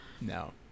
no